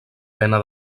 pena